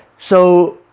so